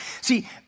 See